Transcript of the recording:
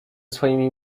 swoimi